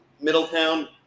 Middletown